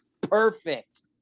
perfect